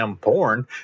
porn